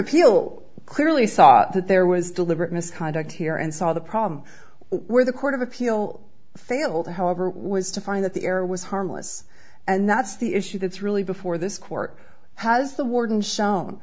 appeal clearly saw that there was deliberate misconduct here and saw the problem where the court of appeal failed however was to find that the error was harmless and that's the issue that's really before this court has the warden shown